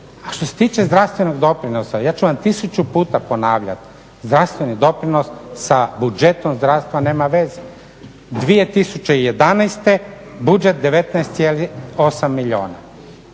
A što se tiče zdravstvenog doprinosa ja ću vam tisuću puta ponavljati, zdravstveni doprinos sa budžetom zdravstva nema veze. 2011.budžet 19,8 milijardi,